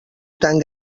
tan